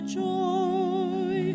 joy